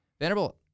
Vanderbilt